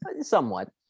Somewhat